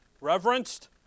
Reverenced